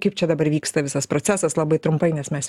kaip čia dabar vyksta visas procesas labai trumpai nes mes